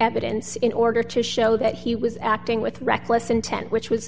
evidence in order to show that he was acting with reckless intent which was